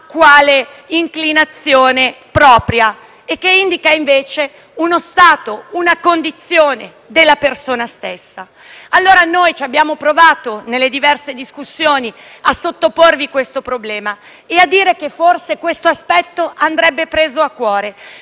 quale inclinazione propria, che indica, invece, uno stato e una condizione della persona stessa. Noi abbiamo provato nelle diverse discussioni a sottoporvi questo problema e a dire che, forse, questo aspetto andrebbe preso a cuore.